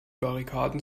barrikaden